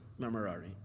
memorari